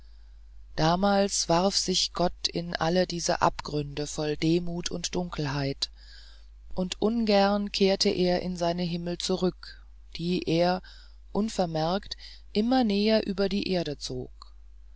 damals warf sich gott in alle diese abgründe voll demut und dunkelheit und nur ungern kehrte er in seine himmel zurück die er unvermerkt immer näher über die erde zog